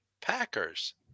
Packers